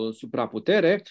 supraputere